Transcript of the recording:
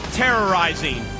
terrorizing